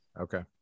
Okay